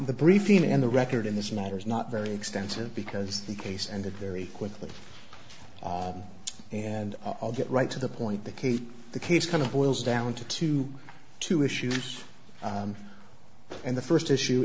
briefing and the record in this matter is not very extensive because the case and it very quickly and i'll get right to the point that kate the case kind of boils down to two two issues and the first issue